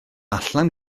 allan